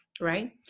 right